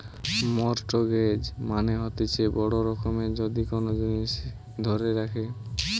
mortgage মানে হতিছে বড় রকমের যদি কোন জিনিস ধরে রাখে